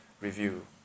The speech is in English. review